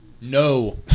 No